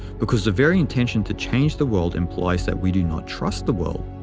because the very intention to change the world implies that we do not trust the world.